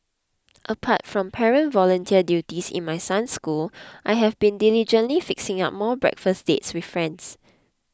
apart from parent volunteer duties in my son's school I have been diligently fixing up more breakfast dates with friends